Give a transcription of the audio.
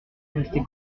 restait